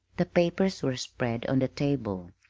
the papers were spread on the table,